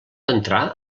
entrar